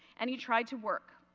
and he tried to work.